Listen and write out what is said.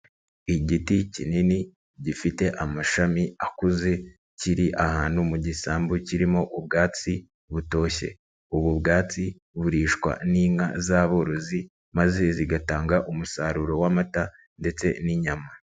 Igiti kinini gifite amashami akuze kiri ahantu mu gisambu kirimo ubwatsi butoshye, ubu bwatsi burishwa n'inka z'aborozi maze zigatanga umusaruro w'amata ndetse n'inyama.